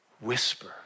whisper